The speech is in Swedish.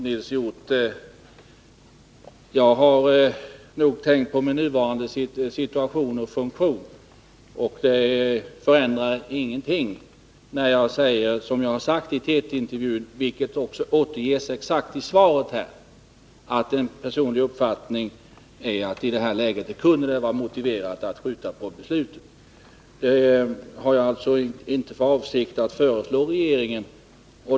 Herr talman! Jag har nog, Nils Hjorth, tänkt på min nuvarande situation och funktion. Det förändrar ingenting. Jag säger som jag har sagt i TT-intervjun — vilket exakt återges i svaret — att min personliga uppfattning är att det i detta läge kunde vara motiverat att skjuta på beslutet. Det har jag emellertid inte för avsikt att föreslå regeringen.